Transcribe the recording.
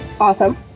Awesome